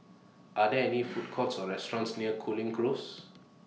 Are There any Food Courts Or restaurants near Cooling Close